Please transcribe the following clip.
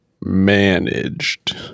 managed